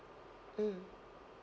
mm